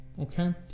Okay